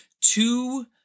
two